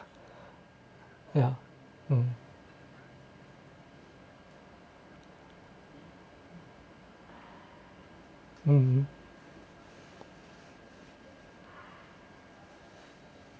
ya uh uh